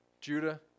Judah